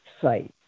site